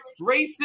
racist